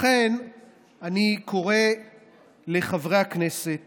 לכן אני קורא לחברי הכנסת